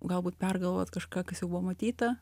galbūt pergalvoti kažką kas jau buvo matyta